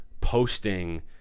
posting